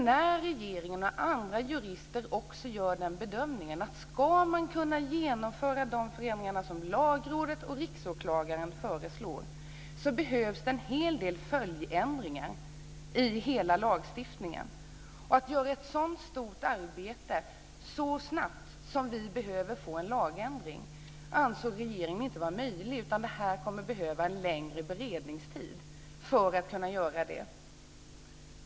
När regeringen och andra jurister gör den bedömningen att ska man kunna genomföra de förändringar som Lagrådet och Riksåklagaren föreslår, behövs det en hel del följdändringar i hela lagstiftningen. Regeringen insåg att det inte var möjligt att göra ett så stort arbete lika snabbt som att genomföra den nödvändiga lagändringen, utan att det kommer att behövas en längre beredningstid för att man ska kunna göra det.